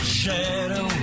shadow